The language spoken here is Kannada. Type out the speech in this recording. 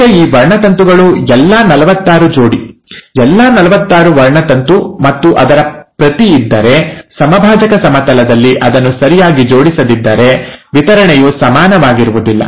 ಈಗ ಈ ವರ್ಣತಂತುಗಳು ಎಲ್ಲಾ ನಲವತ್ತಾರು ಜೋಡಿ ಎಲ್ಲಾ ನಲವತ್ತಾರು ವರ್ಣತಂತು ಮತ್ತು ಅದರ ಪ್ರತಿ ಇದ್ದರೆ ಸಮಭಾಜಕ ಸಮತಲದಲ್ಲಿ ಅದನ್ನು ಸರಿಯಾಗಿ ಜೋಡಿಸದಿದ್ದರೆ ವಿತರಣೆಯು ಸಮಾನವಾಗಿರುವುದಿಲ್ಲ